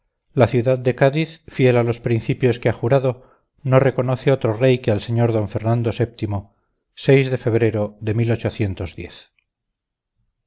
la ciudad de cádiz fiel a los principios que ha jurado no reconoce otro rey que al señor d femando vii de febrero de